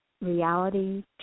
reality